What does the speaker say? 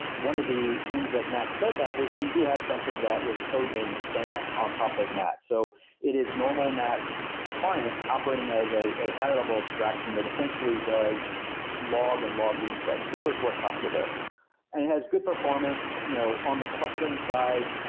one of the things that nats does have is we do have something that was codenamed stan on top of nats. so it is normal nats clients operating as a a high-level abstraction that essentially does log and log replay, similar to what kafka does and it has good performance you know on the clustering side,